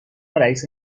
رئیس